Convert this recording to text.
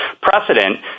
precedent